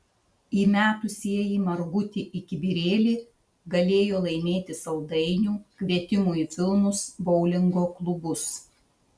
įmetusieji margutį į kibirėlį galėjo laimėti saldainių kvietimų į filmus boulingo klubus